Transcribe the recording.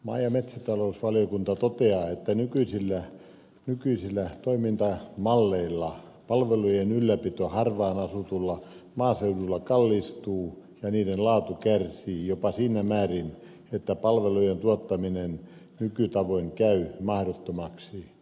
maa ja metsätalousvaliokunta toteaa että nykyisillä toimintamalleilla palvelujen ylläpito harvaanasutulla maaseudulla kallistuu ja palvelujen laatu kärsii jopa siinä määrin että niiden tuottaminen nykytavoin käy mahdottomaksi